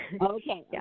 okay